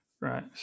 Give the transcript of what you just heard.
Right